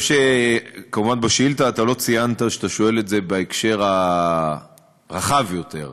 כמובן בשאילתה אתה לא ציינת שאתה שואל את זה בהקשר הרחב יותר,